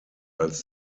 als